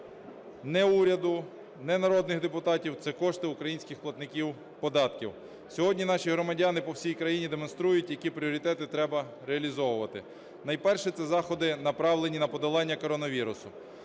не уряду, не народних депутатів, це кошти українських платників податків. Сьогодні наші громадяни по всій країні демонструють, які пріоритети треба реалізовувати. Найперше, це заходи направлені на подолання коронавірусу.